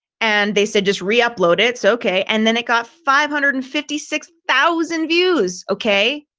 and they said, just reupload it. so okay. and then it got five hundred and fifty six thousand views. okay.